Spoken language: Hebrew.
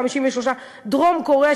53%; דרום-קוריאה,